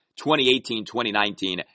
2018-2019